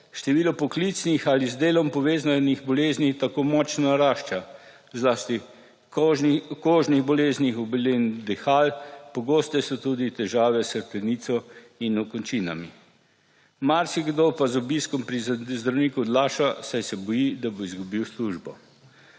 Število poklicnih ali z delom povezanih bolezni tako močno narašča, zlasti kožnih bolezni, obolenj dihal, pogoste so tudi težave s hrbtenico in okončinami. Marsikdo pa z obiskom pri zdravniku odlaša, saj se boji, da bo izgubil službo.